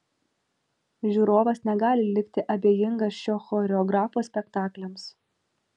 žiūrovas negali likti abejingas šio choreografo spektakliams